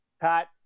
Pat